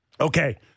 Okay